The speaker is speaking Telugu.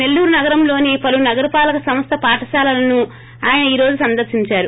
సెల్లూరు నగరంలోని పలు నగర పాలక సంస్థ పాఠశాలలను ఆయన ఈ రోజు సందర్పించారు